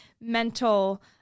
mental